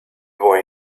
boy